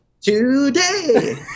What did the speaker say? today